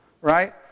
Right